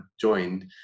joined